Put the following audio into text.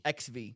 XV